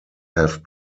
have